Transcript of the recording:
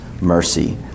mercy